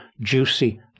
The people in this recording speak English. juicy